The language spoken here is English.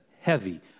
heavy